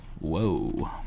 Whoa